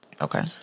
Okay